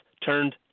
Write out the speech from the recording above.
turned